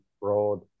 broad